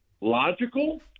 logical